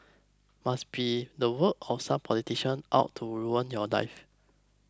must be the work of some politician out to ruin your life